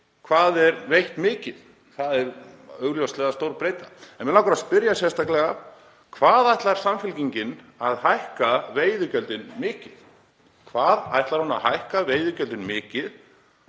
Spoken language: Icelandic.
hvað er veitt mikið. Það er augljóslega stór breyta. En mig langar að spyrja sérstaklega: Hvað ætlar Samfylkingin að hækka veiðigjöldin mikið? Hvað ætlar hún að hækka veiðigjöldin mikið